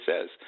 says